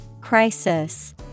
Crisis